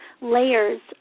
layers